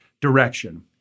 direction